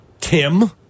Tim